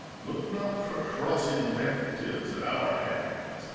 look not for cross invectives at our hands,